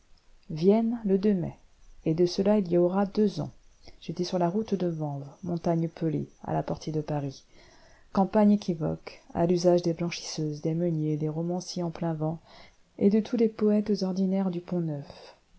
vienne le mai et de cela il y aura deux ans j'étais sur la route de vanves montagne pelée à la portée de paris campagnes équivoques à l'usage des blanchisseuses des meuniers des romanciers en plein vent et de tous les poëtes ordinaires du